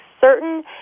certain